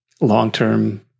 long-term